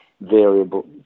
variable